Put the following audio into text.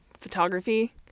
photography